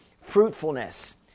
fruitfulness